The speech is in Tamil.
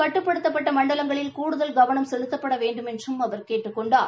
கட்டுப்படுத்தப்பட்ட மண்டலங்களில் கூடுதல் கவனம் செலுத்தப்பட வேண்டுமென்றும் அவர் கேட்டுக் கொண்டார்